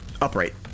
Upright